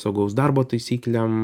saugaus darbo taisyklėm